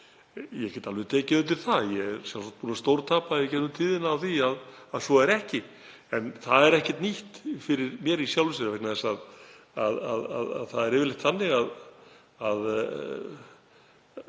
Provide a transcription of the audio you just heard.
Ég get alveg tekið undir það. Ég er sjálfsagt búinn að stórtapa í gegnum tíðina á því að svo er ekki. En það er ekkert nýtt fyrir mér í sjálfu sér, það er yfirleitt þannig að